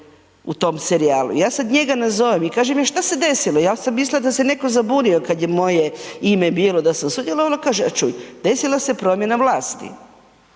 u tom serijalu. Ja sada njega nazovem i kažem – što se desilo, ja sam mislila da se netko zabunio kada je moje ime bilo da sam sudjelovala. On kaže – čuj, desila se promjena vlasti.